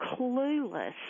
clueless